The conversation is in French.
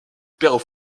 père